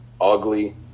ugly